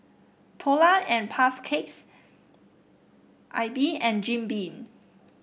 Polar and Puff Cakes AIBI and Jim Beam